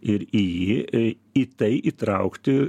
ir į jį į tai įtraukti